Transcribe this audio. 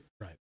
Right